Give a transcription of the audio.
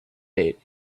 date